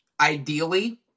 ideally